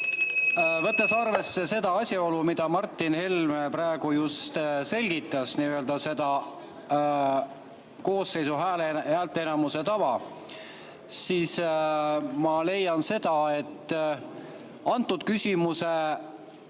Võttes arvesse seda asjaolu, mida Martin Helme praegu just selgitas, seda koosseisu häälteenamuse tava, siis ma leian, et selle küsimuse